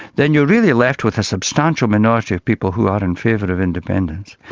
then you're really left with a substantial minority of people who are in favour of independence.